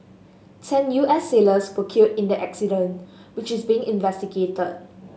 ten U S sailors were killed in the accident which is being investigated